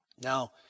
Now